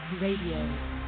Radio